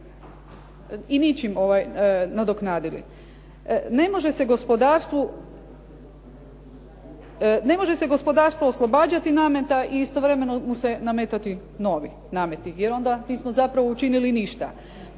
i ničim nadoknadili. Ne može se gospodarstvo oslobađati nameta i istovremeno mu se nametati novi nameti jer onda nismo zapravo učinili ništa.